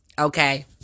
okay